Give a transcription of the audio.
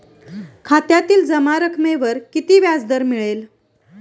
खात्यातील जमा रकमेवर किती व्याजदर मिळेल?